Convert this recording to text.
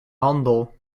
handel